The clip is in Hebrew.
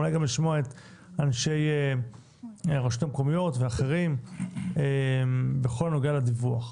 אולי גם לשמוע את אנשי הרשויות המקומיות והאחרים בכל הנוגע לדיווח.